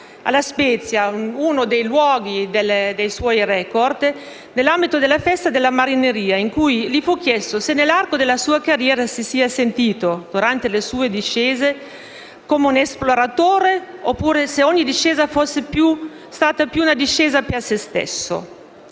a La Spezia, uno dei luoghi dei suoi record, nell'ambito della Festa della Marineria, in cui gli fu chiesto se, nell'arco della sua carriera, durante le sue discese si sia sentito come un esploratore oppure se ogni discesa sia stata più una discesa per se stesso.